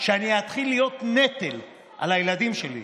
שאני אתחיל להיות נטל על הילדים שלי,